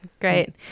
Great